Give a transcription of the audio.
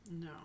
No